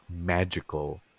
magical